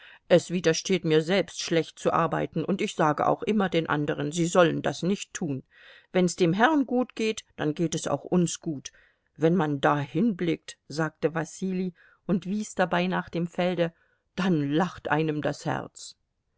es widersteht mir selbst schlecht zu arbeiten und ich sage auch immer den anderen sie sollen das nicht tun wenn's dem herrn gut geht dann geht es auch uns gut wenn man dahin blickt sagte wasili und wies dabei nach dem felde dann lacht einem das herz